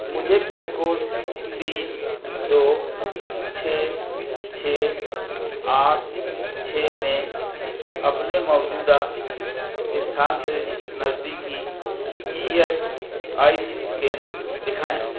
मुझे पिनकोड तीन दो छ छ आठ छ में अपने मौजूदा स्थान से नज़दीकी ई एस आई सी केंद्र दिखाएँ